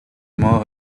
modos